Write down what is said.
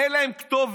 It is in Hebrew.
אין להם כתובת,